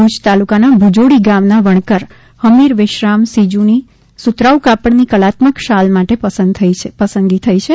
ભુજ તાલુકાના ભુજોડી ગામના વણકર હમીર વિશ્રામ સીજુની સુતરાઉ કાપડની કલાત્મક શાલ માટે પસંદગી થઇ છે